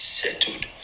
settled